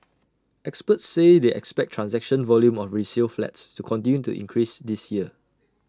experts say they expect transaction volume of resale flats to continue to increase this year